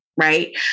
Right